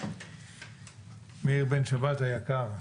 מאיר בן שבת היקר,